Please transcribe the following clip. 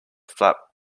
flap